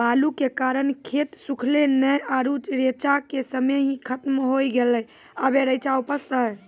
बालू के कारण खेत सुखले नेय आरु रेचा के समय ही खत्म होय गेलै, अबे रेचा उपजते?